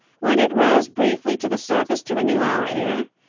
when it rose briefly to the surface to renew our air,